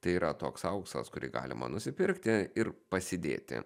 tai yra toks auksas kurį galima nusipirkti ir pasidėti